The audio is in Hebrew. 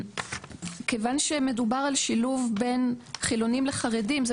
כיוון שמדובר על שילוב בין חילוניים לחרדים זה